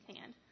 hand